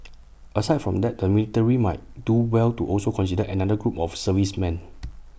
aside from that the military might do well to also consider another group of servicemen